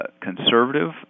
conservative